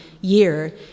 year